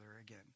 again